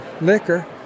liquor